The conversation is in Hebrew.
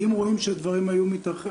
אם רואים שהדברים מתארכים,